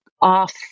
off